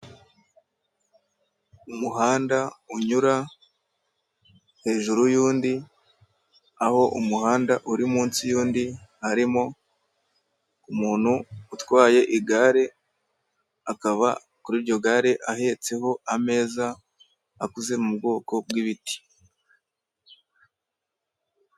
Umuhanda unyura hejuru y'undi aho umuhanda uri munsi y'undi hariho umuntu utwaye igare, akaba kuri iryo gare ahetseho ameza akoze mu bwoko bw'ibiti .